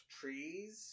trees